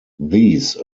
these